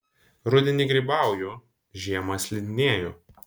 rudenį grybauju žiemą slidinėju